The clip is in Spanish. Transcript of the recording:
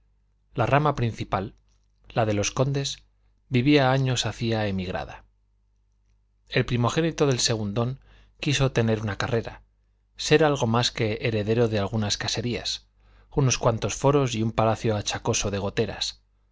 la rama principal la de los condes vivía años hacía emigrada el primogénito del segundón quiso tener una carrera ser algo más que heredero de algunas caserías unos cuantos foros y un palacio achacoso de goteras